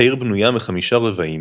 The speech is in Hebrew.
העיר בנויה מחמישה רבעים,